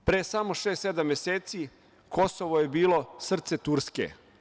Pre samo šest, sedam meseci Kosovo je bilo srce Turske.